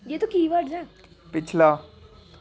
पिछला